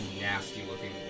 nasty-looking